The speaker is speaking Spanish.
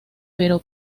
pero